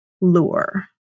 lure